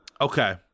Okay